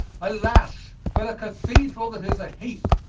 alas, for the cathedral that is a heap,